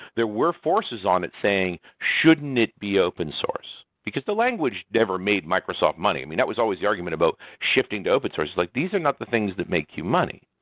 there were forces on it saying, shouldn't it be open-source, because the language never made microsoft money. that was always the argument about shifting to open-source. it's like, these are not things that make you money.